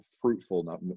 fruitful